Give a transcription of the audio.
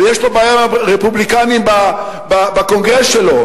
יש לו בעיה עם הרפובליקנים בקונגרס שלו.